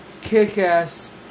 kick-ass